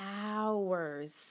hours